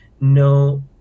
No